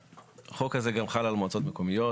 החוק הזה חל גם על מועצות מקומיות,